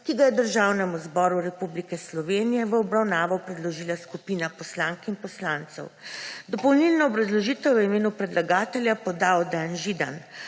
ki ga je Državnemu zboru Republike Slovenije v obravnavo predložila skupina poslank in poslancev. Dopolnilno obrazložitev je v imenu predlagatelja podal Dejan Židan.